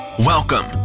Welcome